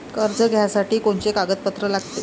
कर्ज घ्यासाठी कोनचे कागदपत्र लागते?